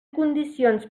condicions